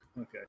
Okay